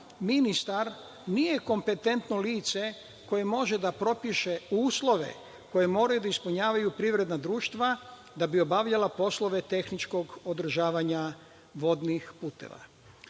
ministar nije kompetentno lice koje može da propiše uslove koje moraju da ispunjavaju privredna društva da bi obavljala poslove tehničkog održavanja vodnih puteva.U